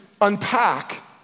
unpack